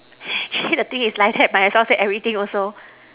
actually the thing is like that might as well say everything also